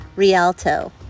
Rialto